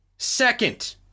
Second